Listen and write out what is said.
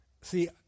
see